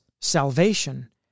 salvation